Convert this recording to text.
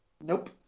Nope